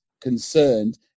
concerned